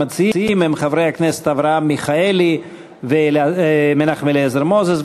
המציעים הם חברי הכנסת אברהם מיכאלי ומנחם אליעזר מוזס.